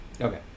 Okay